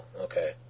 okay